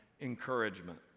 encouragement